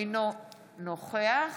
אינו נוכח